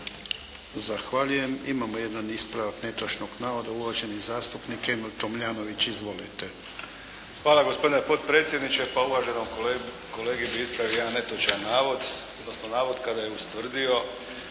Zahvaljujem. Imamo jedan ispravak netočnog navoda, uvaženi zastupnik Emil Tomljanović. Izvolite. **Tomljanović, Emil (HDZ)** Hvala gospodine potpredsjedniče. Pa uvaženom kolegi bih ispravio jedan netočan navod, odnosno navod kada je ustvrdio